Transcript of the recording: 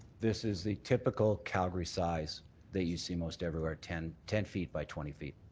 this is the typical calgary size that you see most everywhere, ten ten feet by twenty feet.